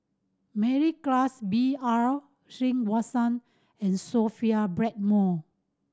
Mary Klass B R Sreenivasan and Sophia Blackmore